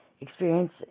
experience